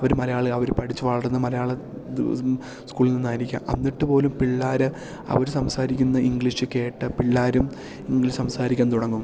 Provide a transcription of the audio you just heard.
അവര് മലയാളി അവര് പഠിച്ച് വളർന്ന മലയാള ദിവസം സ്കൂളിൽ നിന്നായിരിക്കാം എന്നിട്ട് പോലും പിള്ളേര് അവര് സംസാരിക്കുന്ന ഇംഗ്ലീഷ് കേട്ട് പിള്ളേരും ഇംഗ്ലീഷ് സംസാരിക്കാൻ തുടങ്ങും